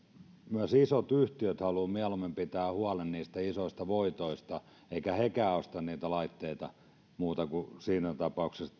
myös isot yhtiöt haluavat mieluummin pitää huolen niistä isoista voitoista eivätkä hekään osta niitä laitteita muuta kuin siinä tapauksessa